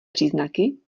příznaky